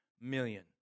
million